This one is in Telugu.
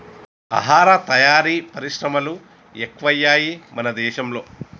ఆహార తయారీ పరిశ్రమలు ఎక్కువయ్యాయి మన దేశం లో